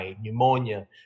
pneumonia